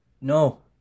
No